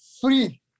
free